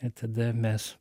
ir tada mes